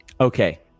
okay